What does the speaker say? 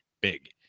Big